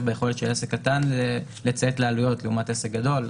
ביכולת של עסק קטן לציית לעלויות לעומת עסק גדול.